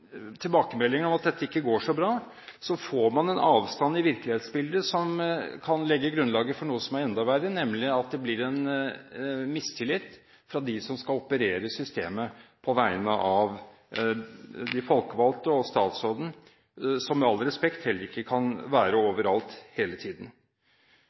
om at dette ikke går så bra, får man en avstand i virkelighetsbildet som kan legge grunnlag for noe som er enda verre, nemlig at det blir mistillit fra dem som skal operere systemet på vegne av de folkevalgte og statsråden, som – med all respekt – heller ikke kan være